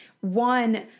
One